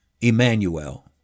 Emmanuel